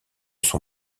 son